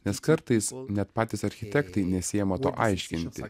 nes kartais net patys architektai nesiima to aiškinti